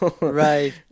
Right